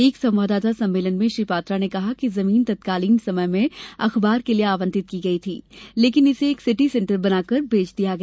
एक संवाददाता सम्मेलन में श्री पात्रा ने कहा कि जमीन तत्कालीन समय में अखबार के लिए आवंटित की गई थी लेकिन इसे एक सिटी सेण्टर बनाकर बेच दिया गया